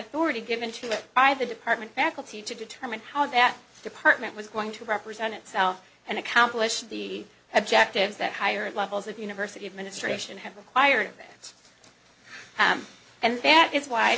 authority given to me by the department back to you to determine how that department was going to represent itself and accomplish the objectives that higher levels of university administration have acquired it and that is why